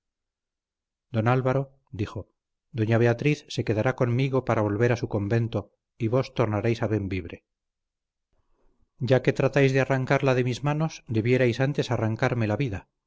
don álvaro dijo doña beatriz se quedará conmigo para volver a su convento y vos tornaréis a bembibre ya que tratáis de arrancarla de mis manos debierais antes arrancarme la vida